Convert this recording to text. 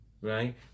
right